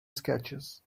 sketches